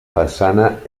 façana